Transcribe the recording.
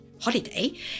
holiday